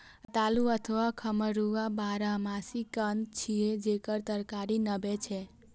रतालू अथवा खम्हरुआ बारहमासी कंद छियै, जेकर तरकारी बनै छै